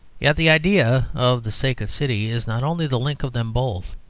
yet the idea of the sacred city is not only the link of them both,